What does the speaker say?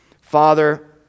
Father